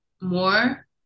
more